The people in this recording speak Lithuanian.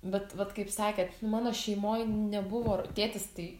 bet vat kaip sakėt mano šeimoje nebuvo tėtis tai